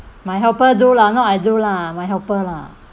my helper do lah not I do lah my helper lah